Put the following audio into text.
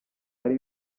hari